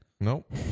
Nope